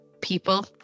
people